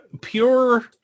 pure